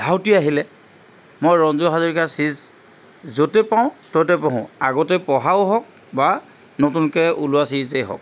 ঢাউতি আহিলে মই ৰঞ্জু হাজৰিকাৰ ছিৰিজ য'তে পাওঁ ত'তে পঢ়োঁ আগতে পঢ়াও হওক বা নতুনকৈ ওলোৱা ছিৰিজেই হওক